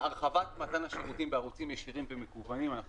הרחבת מתן השירותים בערוצים ישירים ומקוונים אנחנו